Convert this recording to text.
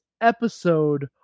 episode